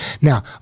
Now